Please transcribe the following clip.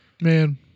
Man